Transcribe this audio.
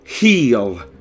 heal